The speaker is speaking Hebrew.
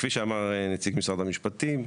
כפי שאמר נציג משרד המשפטים,